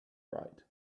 right